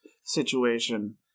situation